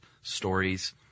stories